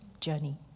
journey